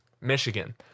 Michigan